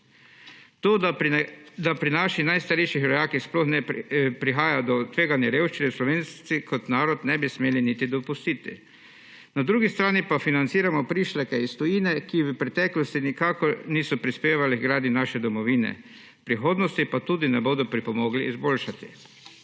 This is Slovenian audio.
Tega, da pri naših najstarejših rojakih sploh prihaja do tveganja revščine, Slovenci kot narod ne bi smeli niti dopustiti. Na drugi strani pa financiramo prišleke iz tujine, ki v preteklosti nikakor niso prispevali h gradnji naše domovine, v prihodnosti pa je tudi ne bodo pripomogli izboljšati.